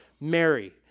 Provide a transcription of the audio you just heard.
Mary